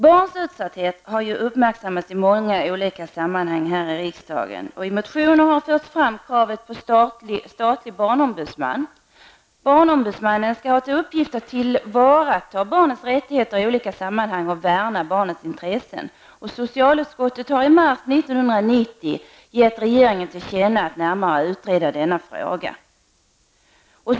Barns utsatthet har uppmärksammats i många olika sammanhang här i riksdagen. I motioner har kravet på statlig barnombudsman förts fram. Barnombudsmannen skall ha till uppgift att tillvarata barnens rättigheter i olika sammanhang och att värna barnens intressen. Socialutskottet har i mars 1990 givit regeringen till känna att denna fråga närmare bör utredas.